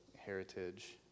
heritage